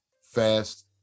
fast